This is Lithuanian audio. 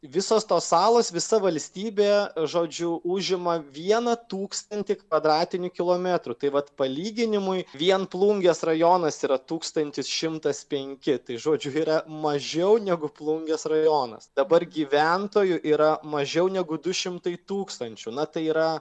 visos tos salos visa valstybė žodžiu užima vieną tūkstantį kvadratinių kilometrų tai vat palyginimui vien plungės rajonas yra tūkstantis šimtas penki tai žodžiu yra mažiau negu plungės rajonas dabar gyventojų yra mažiau negu du šimtai tūkstančių na tai yra